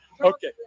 okay